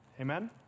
Amen